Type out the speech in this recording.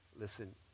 listen